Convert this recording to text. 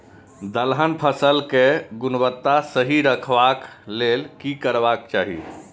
दलहन फसल केय गुणवत्ता सही रखवाक लेल की करबाक चाहि?